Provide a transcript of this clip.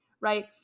right